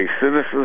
Citizens